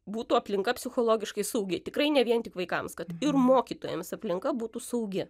būtų aplinka psichologiškai saugi tikrai ne vien tik vaikams kad ir mokytojams aplinka būtų saugi